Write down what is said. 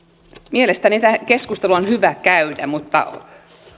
mielestäni tämä keskustelu on hyvä käydä mutta